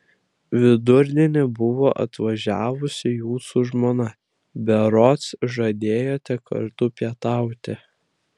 vidurdienį buvo atvažiavusi jūsų žmona berods žadėjote kartu pietauti